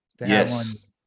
Yes